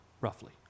roughly